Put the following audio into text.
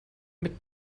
mit